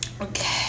Okay